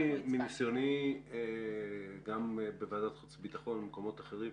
מניסיוני גם בוועדת חוץ וביטחון וממקומות אחרים,